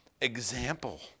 example